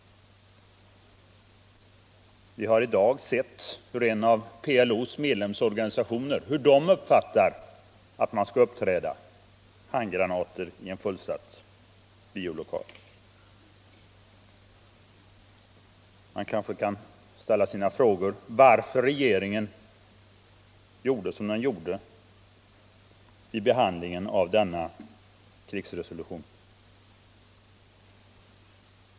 Vi har i dag sett hur en av PLO:s medlemsorganisationer uppfattar att man skall uppträda: handgranater i en fullsatt biolokal. Man kanske kan ställa frågan varför regeringen handlade som den gjorde vid behandlingen av denna krigsresolution.